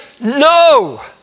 no